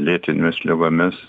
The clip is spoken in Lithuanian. lėtinėmis ligomis